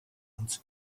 uns